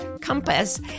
compass